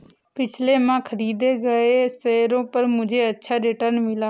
पिछले माह खरीदे गए शेयरों पर मुझे अच्छा रिटर्न मिला